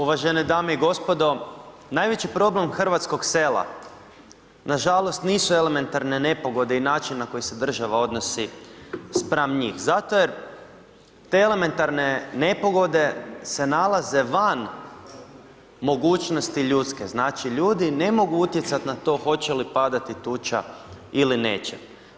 Uvažene dame i gospodo, najveći problem hrvatskog sela na žalost nisu elementarne nepogode i način na koji se država odnosi spram njih, zato jer te elementarne nepogode se nalaze van mogućnosti ljudske, znači ljudi ne mogu utjecati na to hoće li padati tuča ili neće.